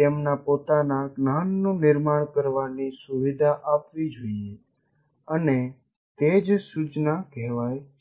તેમના પોતાના જ્ઞાનનું નિર્માણ કરવાની સુવિધા આપવી જોઈએઅને તે જ સૂચના કહેવાય છે